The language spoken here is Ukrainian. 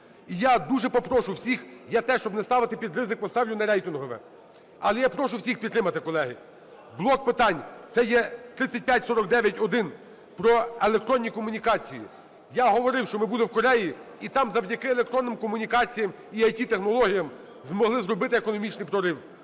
І я дуже попрошу всіх… Я теж, щоб не ставити під ризик, поставлю на рейтингове. Але я прошу всіх підтримати, колеги. Блок питань – це є 3549-1 про електронні комунікації. Я говорив, що ми були в Кореї і там завдяки електронним комунікаціям і ІТ-технологіям змогли зробити економічний прорив.